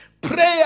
Prayer